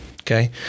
Okay